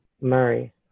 Murray